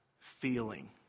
feeling